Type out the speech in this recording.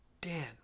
Dan